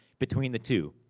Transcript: between the two.